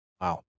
Wow